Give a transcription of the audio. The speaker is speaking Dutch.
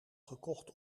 gekocht